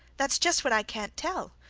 that's just what i can't tell,